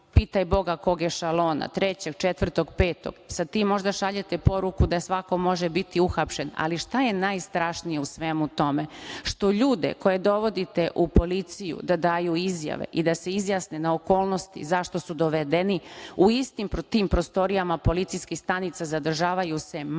pitaj Boga kog ešelona, trećeg, četvrtog, petog. Sa tim možda šaljete poruku da svako može biti uhapšen, ali šta je najstrašnije u svemu tome? To što ljude koje dovodite u policiju da daju izjave i da se izjasne na okolnosti i zašto su dovedeni, u istim tim prostorijama policijskih stanica zadržavaju se manje